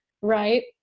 right